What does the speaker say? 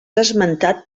esmentat